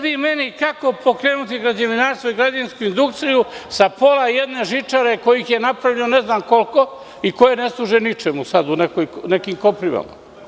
Kažite kako pokrenuti građevinarstvo i građevinsku industriju sa pola „Žičare“ od kojih je napravljeno ne znam koliko i koje ne služe ničemu sada, nego su u koprivama?